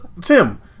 Tim